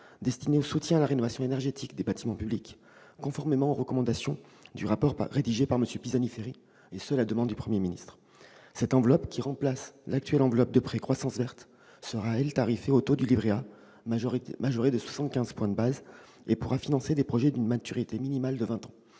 destinée au soutien à la rénovation énergétique des bâtiments publics, conformément aux recommandations du rapport établi par M. Pisani-Ferry à la demande de M. le Premier ministre. Cette enveloppe, qui remplace l'actuelle enveloppe de prêts « croissance verte », sera tarifée au taux du livret A majoré de 75 points de base et pourra financer des projets d'une maturité minimale de vingt ans.